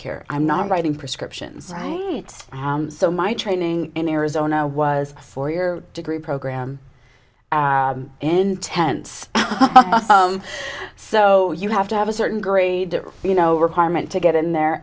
care i'm not writing prescriptions right so my training in arizona was a four year degree program intense so you have to have a certain grade you know requirement to get in there